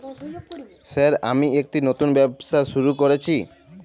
Sir আমি একটি নতুন ব্যবসা শুরু করেছি?